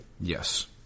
Yes